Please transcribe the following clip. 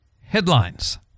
Headlines